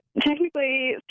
technically